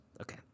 okay